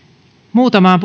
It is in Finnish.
muutamaan